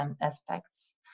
aspects